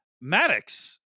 Maddox